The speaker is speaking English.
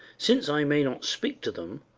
since i may not speak to them,